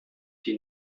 die